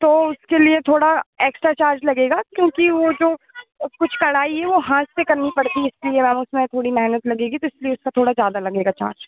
तो उसके लिए थोड़ा एक्स्ट्रा चार्ज लगेगा क्योंकि वो जो कुछ कढ़ाई है वो हाथ से करनी पड़ती है इसलिए मैम उसमें थोड़ी मेहनत लगेगी तो इसलिए इसका थोड़ा ज़्यादा लगेगा चार्ज